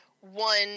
one